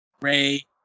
Ray